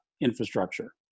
infrastructure